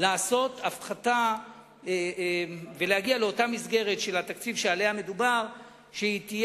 לעשות הפחתה ולהגיע לאותה מסגרת תקציב שעליה מדובר בהפחתה שתהיה